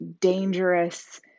dangerous